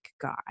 God